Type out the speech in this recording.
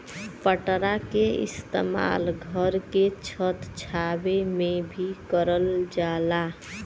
पटरा के इस्तेमाल घर के छत छावे में भी करल जाला